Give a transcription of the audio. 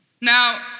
Now